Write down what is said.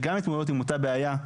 שגם מתמודדות עם אותה בעיה,